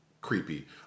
creepy